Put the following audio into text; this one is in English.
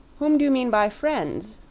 whom do you mean by friends?